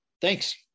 thanks